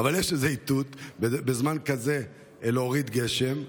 אבל יש איזה איתות בזמן כזה להוריד גשם,